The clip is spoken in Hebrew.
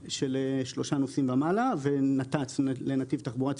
רב-תפוסה) של שלושה נוסעים ומעלה ונת"צ נתיב תחבורה ציבורית.